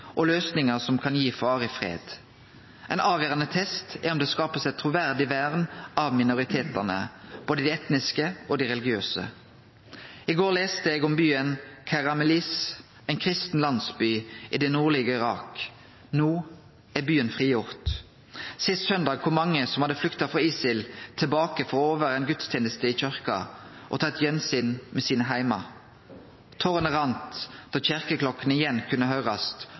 og løysingar som kan gi varig fred. Ein avgjerande test er om det blir skapt eit truverdig vern av minoritetane, både dei etniske og dei religiøse. I går las eg om byen Keramlis, ein kristen landsby i det nordlege Irak. No er byen frigjord. Sist søndag kom mange som hadde flykta frå ISIL, tilbake for å vere med på ei gudsteneste i kyrkja og ta eit gjensyn med heimane sine. Tårene rann då kyrkjeklokkene igjen kunne høyrast